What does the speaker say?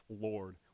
Lord